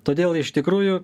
todėl iš tikrųjų